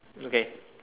okay